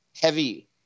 heavy